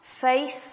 Faith